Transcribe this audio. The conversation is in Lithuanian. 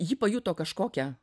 ji pajuto kažkokią